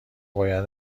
باید